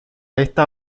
esta